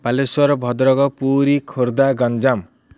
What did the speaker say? Balasore Bhadrak Puri Khordha Ganjam